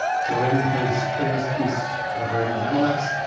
so in his famous piece of writing, the analects,